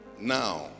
now